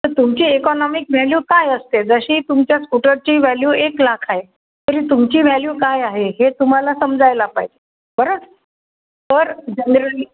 तर तुमची economic value काय असते जशी तुमच्या स्कूटरची व्हॅल्यू एक लाख आहे तरी तुमची व्हॅल्यू काय आहे हे तुम्हाला समजायला पाहिजे बरं तर जनरली